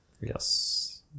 Yes